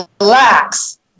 relax